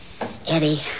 Eddie